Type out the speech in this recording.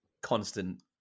constant